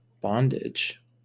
bondage